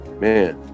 man